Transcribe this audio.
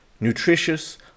Nutritious